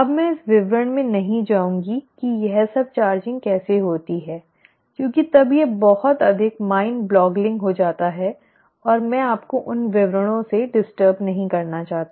अब मैं इस विवरण में नहीं जाऊंगी कि यह सब चार्जिंग कैसे होती है क्योंकि तब यह बहुत अधिक माइंड बॉगलिंग हो जाता है और मैं आपको उन सभी विवरणों से परेशान नहीं करना चाहती